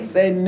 Say